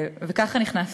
וככה נכנסתי,